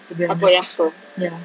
to be honest ya